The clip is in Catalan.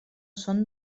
són